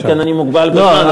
אלא אם כן אני מוגבל בזמן.